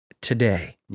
today